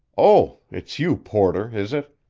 oh, it's you, porter, is it?